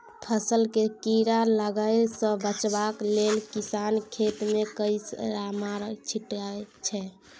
फसल केँ कीड़ा लागय सँ बचाबय लेल किसान खेत मे कीरामार छीटय छै